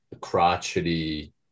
crotchety